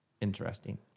interesting